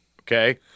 Okay